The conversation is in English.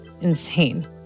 insane